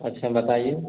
अच्छा बताइए